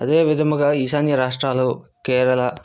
అదేవిధముగా ఈశాన్య రాష్ట్రాలు కేరళ